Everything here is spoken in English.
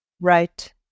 right